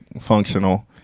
functional